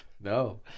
No